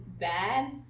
bad